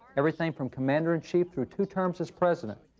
everything from commander-in-chief through two terms as president.